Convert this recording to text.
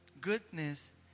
Goodness